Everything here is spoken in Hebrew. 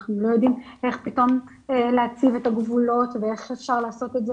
אנחנו לא יודעים איך פתאום להציב את הגבולות,